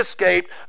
escaped